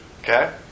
Okay